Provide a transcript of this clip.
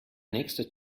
nächste